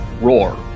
roar